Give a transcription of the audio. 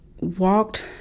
walked